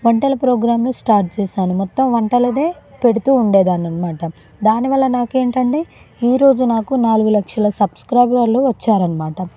వంటల ప్రోగ్రాంలు స్టార్ట్ చేసాను మొత్తం వంటలదే పెడుతూ ఉండేదాన్ని అన్నమాట దానివల్ల నాకు ఏంటంటే ఈ రోజు నాకు నాలుగు లక్షల సబ్స్క్రైబ్రర్లు వచ్చారన్నమాట